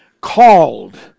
called